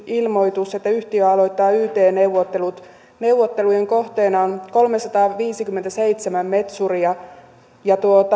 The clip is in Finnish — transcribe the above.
ilmoitus että yhtiö aloittaa yt neuvottelut neuvottelujen kohteena on kolmesataaviisikymmentäseitsemän metsuria ja